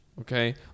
okay